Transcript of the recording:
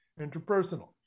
interpersonal